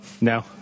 No